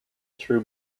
threw